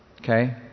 Okay